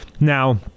Now